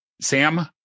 Sam